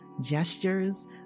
Gestures